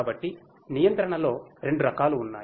కాబట్టి నియంత్రణలో రెండు రకాలు ఉన్నాయి